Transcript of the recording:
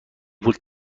پول